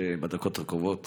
שבדקות הקרובות